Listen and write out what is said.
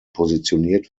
positioniert